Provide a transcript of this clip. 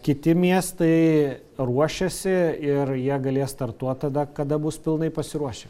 kiti miestai ruošiasi ir jie galės startuot tada kada bus pilnai pasiruošę